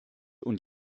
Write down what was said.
und